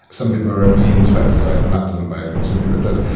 some people are immune to exercise and that doesn't work and some people it does.